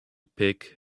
pick